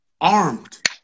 armed